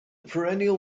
perennial